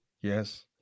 Yes